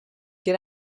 get